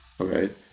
okay